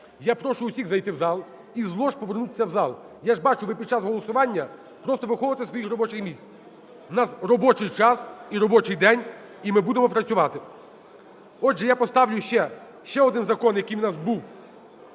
я прошу усіх зайти в зал, із лож повернутися в зал. Я ж бачу, ви під час голосування просто виходите із своїх робочих місць. В нас робочій час і робочій день і ми будемо працювати. Отже, я поставлю ще, ще один закон, який у нас був